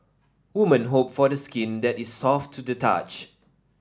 women hope for the skin that is soft to the touch